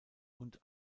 und